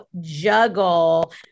juggle